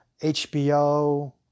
HBO